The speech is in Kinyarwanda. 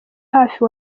hafi